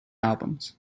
albums